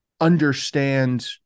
understand